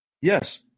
Yes